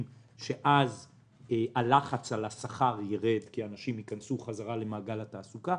שאז הלחץ על השכר יירד כי אנשים ייכנסו חזרה למעגל התעסוקה.